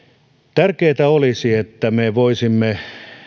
tärkeätä olisi että me voisimme